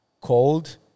cold